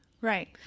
right